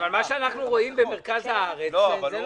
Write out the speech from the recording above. אבל מה שאנחנו רואים במרכז הארץ זה לא.